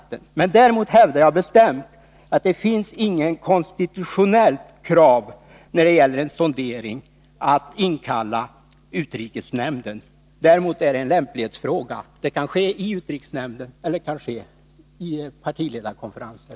Men jag hävdar bestämt att det när det gäller en sondering inte finns något konstitutionellt krav på att utrikesnämnden skall sammankallas. Däremot är detta en lämplighetsfråga. Information kan ske i utrikesnämnden eller i partiledarkonferenser.